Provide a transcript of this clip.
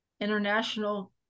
International